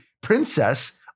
princess